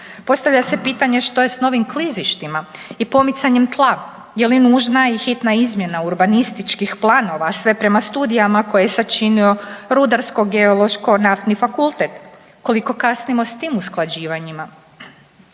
Postavlja se pitanje što s novim klizištima i pomicanjem tla? Je li nužna i hitna izmjena urbanističkih planova, a sve prema studijama koje je sačini Rudarsko-geološko naftni fakultet, koliko kasnimo s tim usklađivanjima?